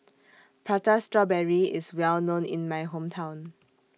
Prata Strawberry IS Well known in My Hometown